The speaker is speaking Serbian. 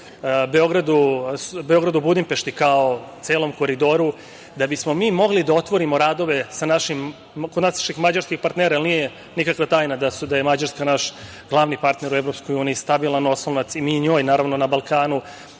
Beogradu – Budimpešti kao celom Koridoru, da bismo mi mogli da otvorimo radove kod naših mađarskih partnera, jer nije nikakva tajna da je Mađarska naš glavni partner u EU, stabilan oslonac i mi njoj naravno na Balkanu,